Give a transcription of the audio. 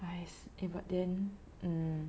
!hais! 诶 but then mm